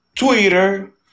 Twitter